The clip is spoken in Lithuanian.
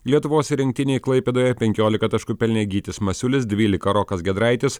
lietuvos rinktinei klaipėdoje penkioliką taškų pelnė gytis masiulis dvyliką rokas giedraitis